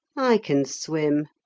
i can swim,